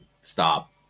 stop